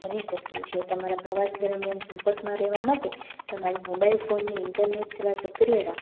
બની શકીએ છે તમારા પ્રવાસ દરમિયાન સંપર્કમાં રહેવા માટે તમારી મોબાઇલ ફોનની ઇન્ટરનેટ સેવા સક્રિય રાખો